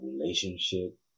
relationship